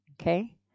Okay